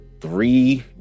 three